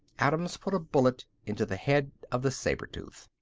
adams put a bullet into the head of the saber-tooth.